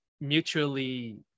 mutually